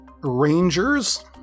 Rangers